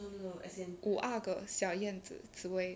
五阿哥小燕子紫薇